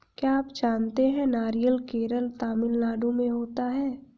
क्या आप जानते है नारियल केरल, तमिलनाडू में होता है?